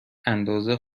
اندازه